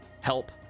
Help